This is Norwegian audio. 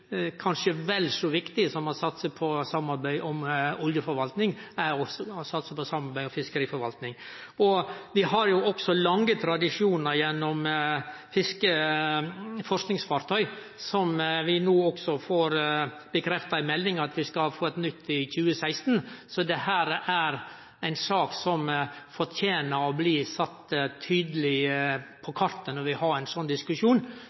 Kanskje vel så viktig som å satse på samarbeid om oljeforvalting, er det å satse på samarbeid om fiskeriforvalting. Vi har også lange tradisjonar gjennom forskingsfartøy, og vi får no bekrefta i meldinga at vi skal få eit nytt i 2016. Dette er ei sak som fortener å bli sett tydeleg på kartet når vi har ein slik diskusjon,